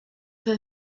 for